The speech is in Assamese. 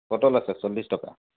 পটল আছে চল্লিছ টকা